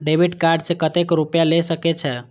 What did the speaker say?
Debit card से कतेक रूपया ले सके छै?